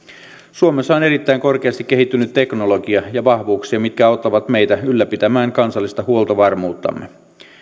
suomessa on erittäin korkeasti kehittynyt teknologia ja vahvuuksia mitkä auttavat meitä ylläpitämään kansallista huoltovarmuuttamme